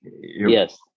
yes